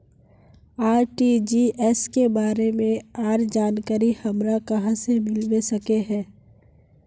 RTGS के बारे में आर जानकारी हमरा कहाँ से मिलबे सके है?